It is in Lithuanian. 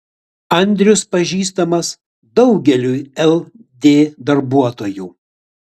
andrius pažįstamas daugeliui ld darbuotojų